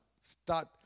Start